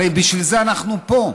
הרי בשביל זה אנחנו פה.